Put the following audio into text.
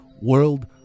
world